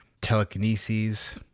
telekinesis